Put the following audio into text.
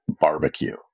barbecue